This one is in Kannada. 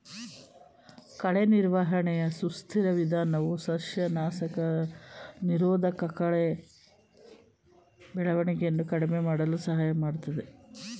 ಕಳೆ ನಿರ್ವಹಣೆಯ ಸುಸ್ಥಿರ ವಿಧಾನವು ಸಸ್ಯನಾಶಕ ನಿರೋಧಕಕಳೆ ಬೆಳವಣಿಗೆಯನ್ನು ಕಡಿಮೆ ಮಾಡಲು ಸಹಾಯ ಮಾಡ್ತದೆ